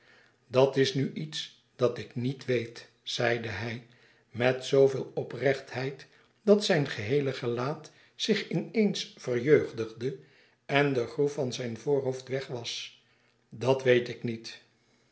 dat is nu iets dat ik niet weet zeide hij met zooveel oprechtheid dat zijn geheele gelaat zich in eens verjeugdigde en de groef louis couperus extaze een boek van geluk van zijn voorhoofd weg was dat weet ik niet